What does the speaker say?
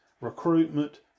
recruitment